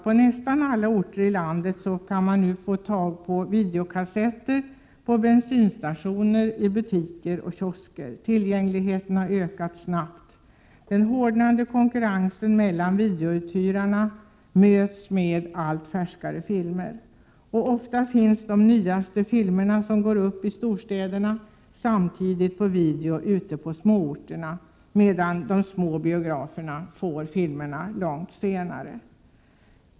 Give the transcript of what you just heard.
På nästan alla orter i landet tillhandahålls numera videokassetter: på bensinstationer, i butiker och kiosker. Tillgängligheten har ökat snabbt. Den hårdnande konkurrensen mellan videouthyrarna möts med allt färskare filmer. Ofta finns de nyaste filmerna, som går upp i storstäderna, samtidigt på video ute på småorterna, medan de små biograferna får filmerna långt senare.